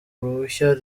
uruhushya